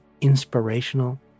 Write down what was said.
inspirational